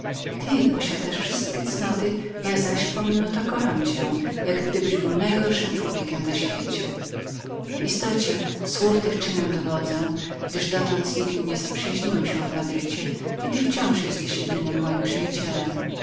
ty posiadasz wszystkie cnoty ja zaś pomimo to kocham cię jak gdybyś był największym w świecie rozpustnikiem w istocie słów tych czynem dowodzę gdyż dotąd z nikim nie zaprzyjaźniłem się w madrycie i ty jesteś jedynym moim przyjacielem